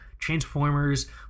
transformers